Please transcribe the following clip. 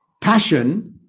passion